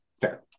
Fair